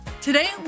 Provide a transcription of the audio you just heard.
Today